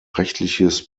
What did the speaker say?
rechtliches